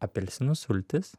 apelsinų sultis